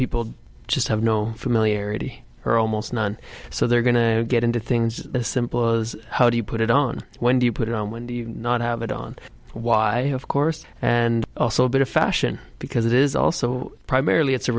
people just have no familiarity are almost none so they're going to get into things as simple as how do you put it on when do you put it on when do you not have a on why of course and also a bit of fashion because it is also primarily it's a